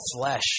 flesh